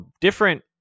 different